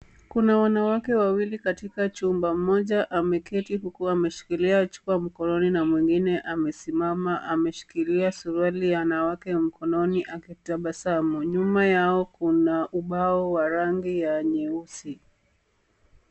Kuna wanawake wawili katika chumba moja ameketi huku ameshikilia chupa mkononi na mwengine amesimama ameshikilia suruali ya wanawake mkononi akitabasamu. Nyuma yao kuna ubao wa rangi ya nyeusi.